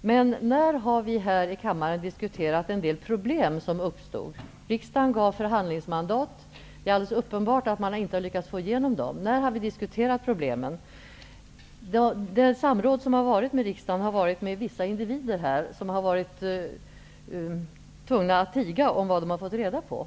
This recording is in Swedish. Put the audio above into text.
Men när har vi här i kammaren diskuterat en del av de problem som uppstod? Riksdagen gav förhandlingsmandat och det är alldeles uppenbart att inte alla problem lyckats bli lösta. När har vi diskuterat dem? Samrådet som har förekommit med riksdagen har skett med vissa individer, som därefter har varit tvungna att tiga med vad de har fått reda på.